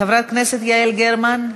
חברת הכנסת יעל גרמן,